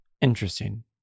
interesting